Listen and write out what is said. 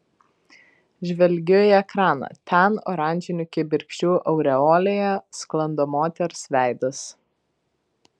žvelgiu į ekraną ten oranžinių kibirkščių aureolėje sklando moters veidas